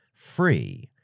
free